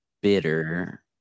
bitter